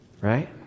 right